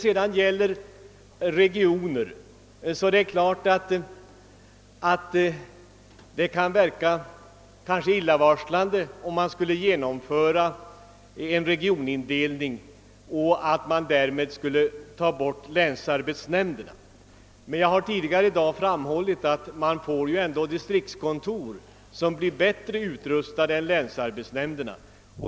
Vad regionerna beträffar kan det vid första påseendet verka oroande om man skulle genomföra en regionindelning och därmed slopa länsarbetsnämnderna. Men jag har tidigare i dag framhållit att det kommer att finnas distriktskontor som blir bättre utrustade än länsarbetsnämnderna.